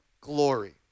glory